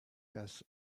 das